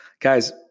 Guys